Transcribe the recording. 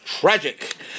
tragic